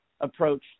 approach